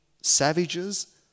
Savages